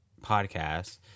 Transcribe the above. podcast